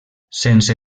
sense